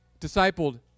discipled